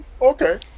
Okay